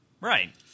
right